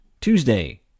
Tuesday